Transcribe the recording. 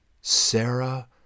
Sarah